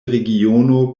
regiono